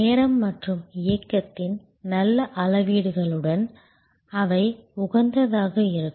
நேரம் மற்றும் இயக்கத்தின் நல்ல அளவீடுகளுடன் அவை உகந்ததாக இருக்கும்